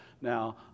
now